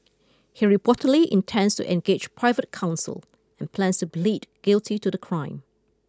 he reportedly intends to engage private counsel and plans to plead guilty to the crime